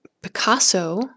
Picasso